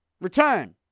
return